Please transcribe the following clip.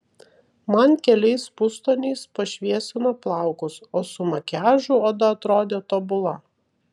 man keliais pustoniais pašviesino plaukus o su makiažu oda atrodė tobula